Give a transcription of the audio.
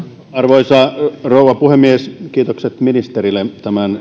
arvoisa rouva puhemies kiitokset ministerille tämän